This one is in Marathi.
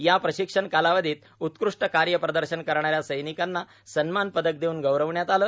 या प्रशिक्षण कालावधीत उत्कृष्ट कार्यप्रदर्शन करणाऱ्या सैनिकांना सन्मान पदक देऊन गौरविण्यात आलं